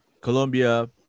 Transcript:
Colombia